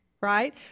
right